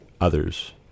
others